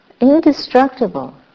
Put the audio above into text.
indestructible